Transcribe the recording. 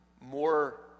More